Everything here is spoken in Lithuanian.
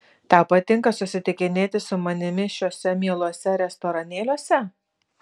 tau patinka susitikinėti su manimi šiuose mieluose restoranėliuose